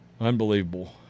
Unbelievable